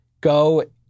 Go